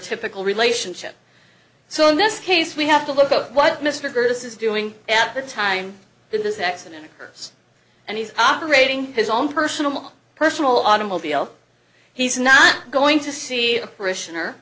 typical relationship so in this case we have to look at what mr curtis is doing at the time when this accident occurred and he's operating his own personal personal automobile he's not going to see a parishioner